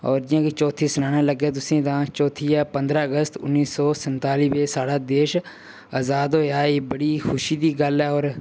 और जि'यां कि चौथी सनान लगेआ तुसें तां चौथी ऐ पंदरा अगस्त उन्नी सौ सन्ताली गी साढ़ा देश अजाद होआ एह् बड़ी खुशी दी गल्ल ऐ और